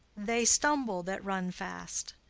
they stumble that run fast.